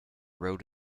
road